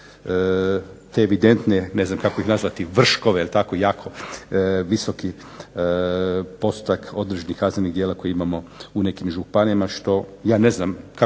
te evidentne, ne znam kako ih nazvati vrškove, ili tako jako visoki postotak određenih kaznenih djela koje imamo u nekim županijama što, ja ne znam kako to